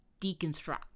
deconstruct